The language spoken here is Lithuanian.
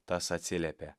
tas atsiliepė